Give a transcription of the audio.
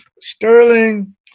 Sterling